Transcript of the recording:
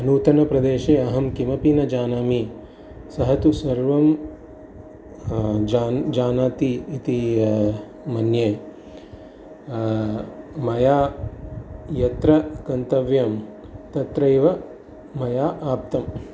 नूतनप्रदेशे अहं किमपि न जानामि सः तु सर्वं जान् जानाति इति मन्ये मया यत्र गन्तव्यं तत्रैव मया आप्तम्